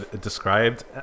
described